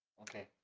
Okay